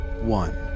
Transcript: One